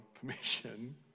permission